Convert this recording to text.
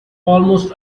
almost